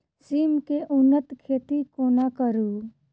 सिम केँ उन्नत खेती कोना करू?